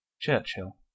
Churchill